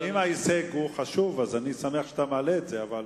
אם ההישג חשוב, אני שמח שאתה מעלה את זה, אבל